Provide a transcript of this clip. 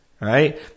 right